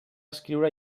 escriure